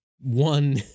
one